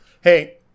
Hey